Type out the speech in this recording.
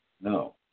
No